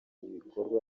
ibikorwa